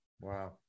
Wow